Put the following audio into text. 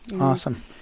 Awesome